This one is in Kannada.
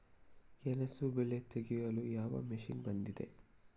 ಗೆಣಸು ಬೆಳೆ ತೆಗೆಯಲು ಯಾವ ಮಷೀನ್ ಬಂದಿದೆ?